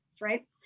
right